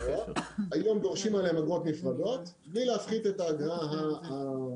היום דורשים עליהם אגרות נפרדות בלי להפחית את האגרה הגורפת.